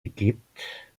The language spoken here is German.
gibt